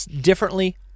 differently